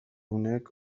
uneek